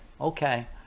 Okay